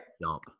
jump